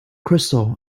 crystal